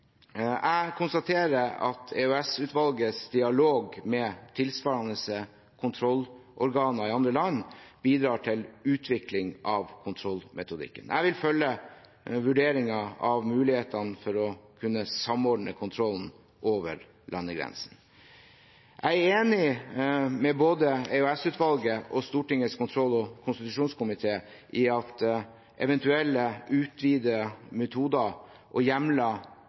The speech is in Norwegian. Jeg konstaterer at EOS-utvalgets dialog med tilsvarende kontrollorganer i andre land bidrar til utvikling av kontrollmetodikken. Jeg vil følge vurderingen av mulighetene for å kunne samordne kontrollen over landegrensene. Jeg er enig med både EOS-utvalget og Stortingets kontroll- og konstitusjonskomité i at eventuelle utvidede metoder og hjemler